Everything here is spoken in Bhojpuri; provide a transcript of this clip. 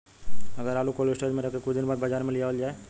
अगर आलू कोल्ड स्टोरेज में रख के कुछ दिन बाद बाजार में लियावल जा?